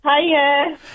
Hiya